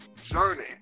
journey